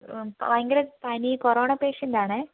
ഭയങ്കര പനി കൊറോണ പേഷ്യൻ്റെ ആണേ